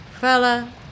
Fella